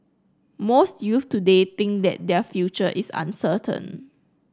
most youths today think that their future is uncertain